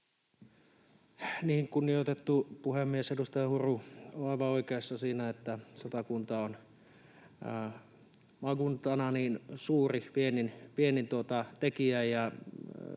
Kunnioitettu puhemies! Edustaja Huru on aivan oikeassa siinä, että Satakunta on maakuntana suuri pieni tekijä.